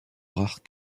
rares